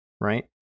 right